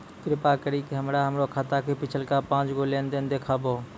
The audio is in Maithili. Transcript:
कृपा करि के हमरा हमरो खाता के पिछलका पांच गो लेन देन देखाबो